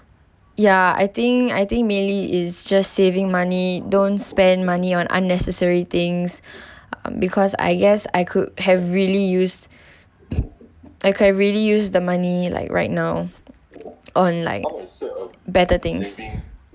ya I think I think mainly is just saving money don't spend money on unnecessary things because I guess I could have really use I could really use the money like right now on like better things